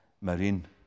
Marine